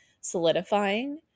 solidifying